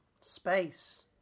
Space